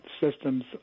Systems